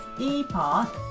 e-part